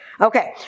okay